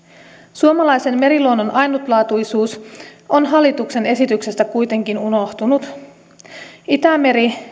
suomalaisen meriluonnon ainutlaatuisuus on hallituksen esityksestä kuitenkin unohtunut itämeri